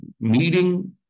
meeting